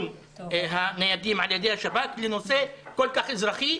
איכון הניידים על-ידי השב"כ לנושא כל כך אזרחי,